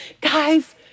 Guys